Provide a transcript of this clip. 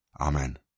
Amen